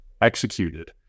executed